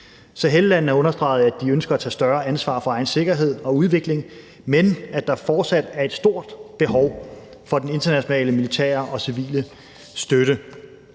Sahellandene har understreget, at de ønsker at tage større ansvar for egen sikkerhed og udvikling, men at der fortsat er et stort behov for den internationale militære og civile støtte.